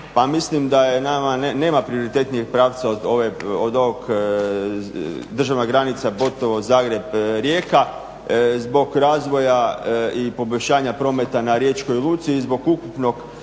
pa mislim da nema prioritetnijeg pravca od državna granica Botovo-Zagreb-Rijeka zbog razvoja i poboljšanja prometa na Riječkoj luci i zbog ukupnog